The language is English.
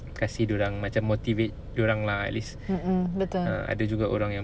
kasih dorang macam motivate dia orang lah at least ada juga orang yang